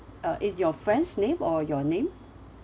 uh in your friend's name or your name